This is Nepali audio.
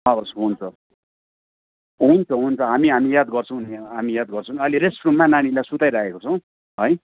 हवस् हुन्छ हुन्छ हुन्छ हामी हामी याद गर्छौँ नि हामी याद गर्छौँ नि अहिले रेस्ट रुममा नानीलाई सुताइरहेको छौँ है